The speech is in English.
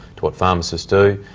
to what pharmacists do.